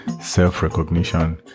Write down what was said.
self-recognition